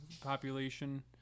population